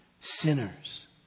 sinners